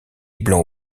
blanc